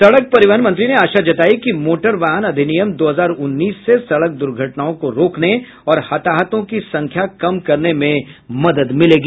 सड़क परिवहन मंत्री ने आशा जताई कि मोटर वाहन अधिनियम दो हजार उन्नीस से सड़क दुर्घटनाओं को रोकने और हताहतों की संख्या कम करने में मदद मिलेगी